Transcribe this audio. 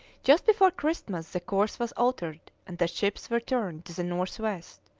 just before christmas the course was altered and the ships were turned to the north-west,